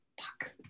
fuck